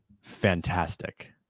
Fantastic